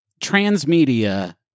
transmedia